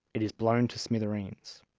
it is blown to smithereens,